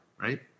right